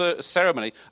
ceremony